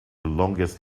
longest